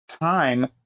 time